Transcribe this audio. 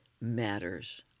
matters